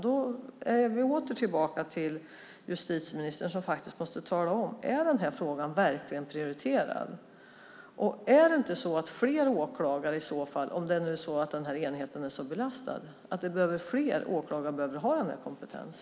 Då är vi åter tillbaka till justitieministern som faktiskt måste tala om ifall frågan verkligen är prioriterad. Och är det inte så att fler åklagare, om nu enheten är så belastad, behöver ha den här kompetensen?